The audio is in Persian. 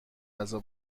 غذا